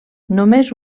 només